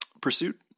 pursuit